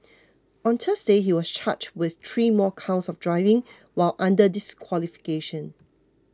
on Thursday he was charged with three more counts of driving while under disqualification